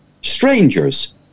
strangers